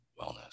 wellness